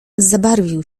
zabarwił